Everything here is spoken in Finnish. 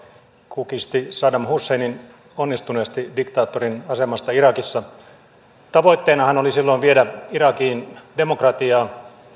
kukisti saddam husseinin onnistuneesti diktaattorin asemasta irakissa tavoitteenahan oli silloin viedä irakiin demokratiaa